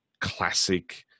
classic